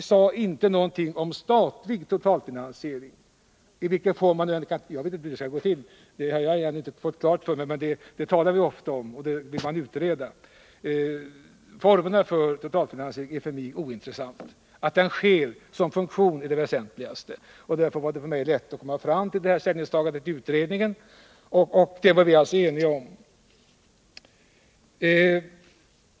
Vi sade inte någonting om statlig totalfinansiering. Jag vet inte hur det skall gå till, men det talar man ofta om och det vill man utreda. Formerna för totalfinansiering är för mig ointressanta. Att den sker är det väsentligaste. Därför var det för mig lätt att komma fram till detta ställningstagande i utredningen, och vi var alltså eniga om det.